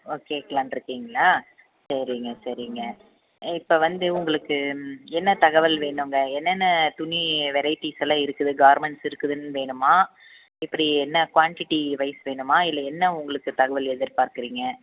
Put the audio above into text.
work கேட்கலான்ட்டு இருக்கீங்களா சரிங்க சரிங்க இப்போ வந்து உங்களுக்கு என்ன தகவல் வேணுங்க என்னென்ன துணி வெரைட்டிஸெல்லாம் இருக்குது கார்மெண்ட்ஸ் இருக்குதுன்னு வேணுமா இப்படி என்ன குவாண்டிட்டி வைஸ் வேணுமா இல்லை என்ன உங்களுக்கு தகவல் எதிர்பார்க்குறிங்க